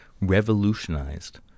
revolutionized